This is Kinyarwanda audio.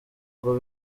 ngo